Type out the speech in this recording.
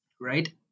right